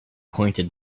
pointed